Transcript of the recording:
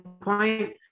point